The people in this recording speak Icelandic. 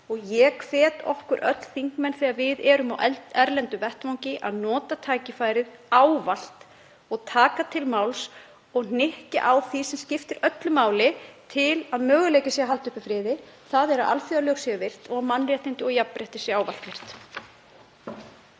Ég hvet okkur öll þingmenn, þegar við erum á erlendum vettvangi, til að nota ávallt tækifærið og taka til máls og hnykkja á því sem skiptir öllu máli til að möguleiki sé að halda uppi friði, þ.e. að alþjóðalög séu virt og mannréttindi og jafnrétti séu ávallt virt.